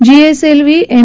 GSLV M